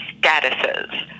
statuses